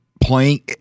playing